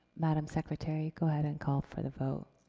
madame secretary, go ahead and call for the vote.